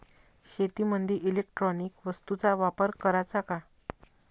शेतीमंदी इलेक्ट्रॉनिक वस्तूचा वापर कराचा का?